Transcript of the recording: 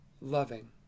loving